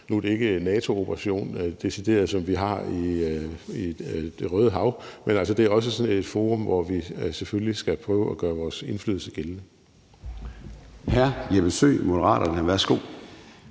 en decideret NATO-operation, som vi har i Det Røde Hav, men det er også sådan et forum, hvor vi selvfølgelig lige skal prøve at gøre vores indflydelse gældende.